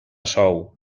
sou